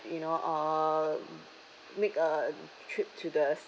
you know uh make a trip to the